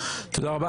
תודה רבה.